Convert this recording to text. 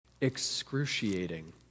Excruciating